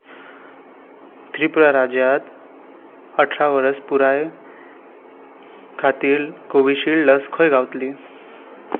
त्रिपुरा राज्यांत अठरा वर्स पुराय खातीर कोवीशिल्ड लस खंय गावतली